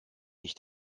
nicht